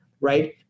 right